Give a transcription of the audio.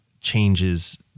changes